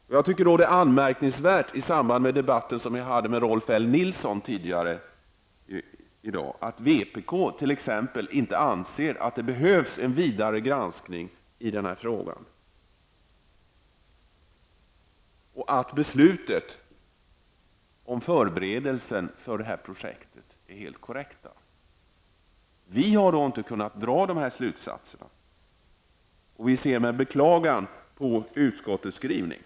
För att anknyta till debatten som jag tidigare i dag hade med Rolf L Nilson, är det också anmärkningsvärt att vänsterpartiet anser att det inte behövs en vidare granskning i denna fråga och att man anser att beslutet om förberedelsen för detta projekt är helt korrekt. Vi har inte kunnat dra dessa slutsatser och beklagar därför utskottets skrivning.